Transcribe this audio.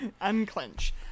unclench